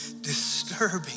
disturbing